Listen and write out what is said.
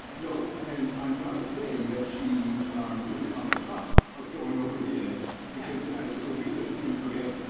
no. and i'm not saying that she um isn't on the cusp of going over the edge, because, yeah as as you said. who can forget?